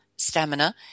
Stamina